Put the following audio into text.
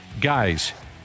Guys